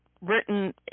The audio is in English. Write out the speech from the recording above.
written